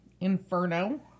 Inferno